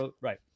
Right